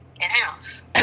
in-house